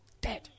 Dead